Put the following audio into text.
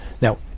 now